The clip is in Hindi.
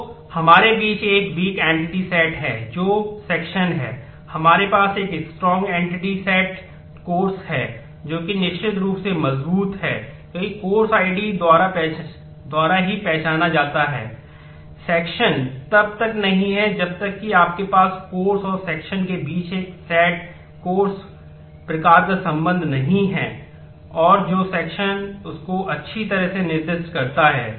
तो हमारे बीच एक वीक एंटिटी सेट्स है